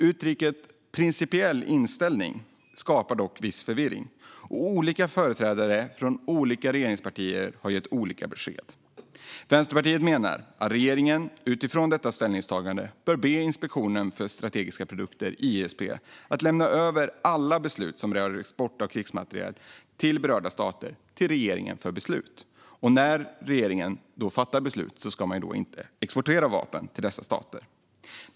Uttrycket principiell inställning skapar dock viss förvirring, och olika företrädare från olika regeringspartier har gett olika besked. Vänsterpartiet menar att regeringen, utifrån detta ställningstagande, bör be Inspektionen för strategiska produkter, ISP, att lämna över alla beslut som rör export av krigsmateriel till berörda stater till regeringen för beslut. När regeringen fattar beslut ska vapen inte exporteras till dessa stater.